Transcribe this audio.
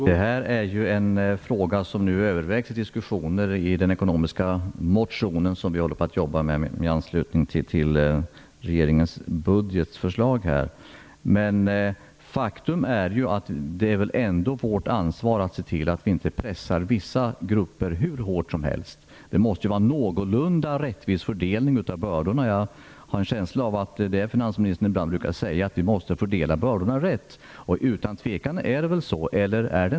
Herr talman! Det här är en fråga som övervägs i våra diskussioner om den ekonomiska motion som vi jobbar med i anslutning till regeringens budgetförslag. Faktum är att det är vårt ansvar att inte pressa vissa grupper hur hårt som helst. Det måste göras en någorlunda rättvis fördelning av bördorna. Finansministern brukar också ibland säga att vi måste fördela bördorna rättvist. Utan tvivel är det så.